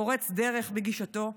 פורץ דרך בגישתו.